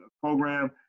program